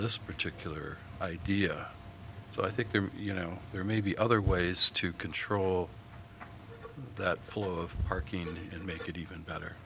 this particular idea but i think that you know there may be other ways to control that pull of parking and make it even better